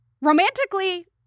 romantically